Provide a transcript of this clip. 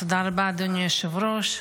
תודה רבה, אדוני היושב-ראש.